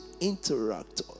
interact